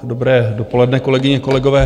Dobré dopoledne, kolegyně, kolegové.